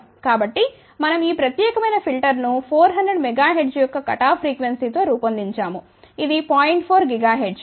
కాబట్టి మనం ఈ ప్రత్యేకమైన ఫిల్టర్ను 400 MHz యొక్క కట్ ఆఫ్ ఫ్రీక్వెన్సీ తో రూపొందించాము ఇది 0